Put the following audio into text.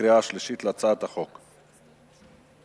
החוק בקריאה שלישית.